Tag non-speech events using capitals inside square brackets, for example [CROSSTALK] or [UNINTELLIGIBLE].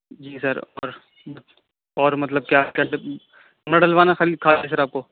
جی sir اور اور مطلب کیا [UNINTELLIGIBLE] کمرہ ڈلوانا ہے خالی [UNINTELLIGIBLE] سر آپ کو